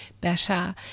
better